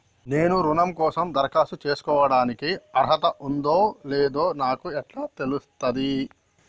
నేను రుణం కోసం దరఖాస్తు చేసుకోవడానికి అర్హత ఉందో లేదో నాకు ఎట్లా తెలుస్తది?